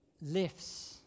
lifts